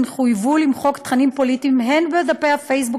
הם חויבו למחוק תכנים פוליטיים הן בדפי הפייסבוק